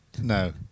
No